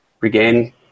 regain